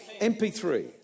MP3